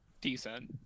decent